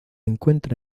encuentra